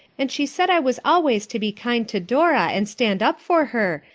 and she said i was always to be kind to dora and stand up for her,